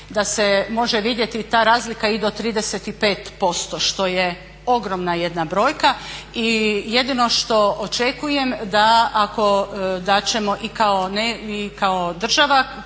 da se može vidjeti ta razlika i do 35%. Što je ogromna jedna brojka. I jedino što očekujem da ako, da ćemo i kao država